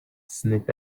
sniff